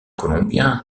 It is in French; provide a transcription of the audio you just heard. colombien